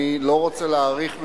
אני לא רוצה להאריך,